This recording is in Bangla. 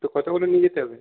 তো কতগুলো নিয়ে যেতে হবে